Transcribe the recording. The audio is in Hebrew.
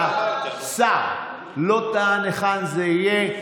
והשר לא טען היכן זה יהיה,